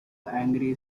angry